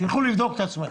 תלכו לבדוק את עצמכם,